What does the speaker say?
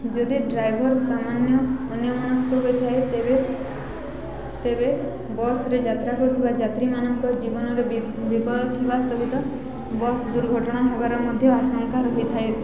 ଯଦି ଡ୍ରାଇଭର୍ ସାମାନ୍ୟ ଅନ୍ୟମନସ୍କ ହୋଇଥାଏ ତେବେ ତେବେ ବସ୍ରେ ଯାତ୍ରା କରୁଥିବା ଯାତ୍ରୀମାନଙ୍କ ଜୀବନରେ ବିପଦ ଥିବା ସହିତ ବସ୍ ଦୁର୍ଘଟଣା ହେବାର ମଧ୍ୟ ଆଶଙ୍କା ହୋହିଥାଏ